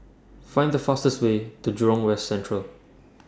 Find The fastest Way to Jurong West Central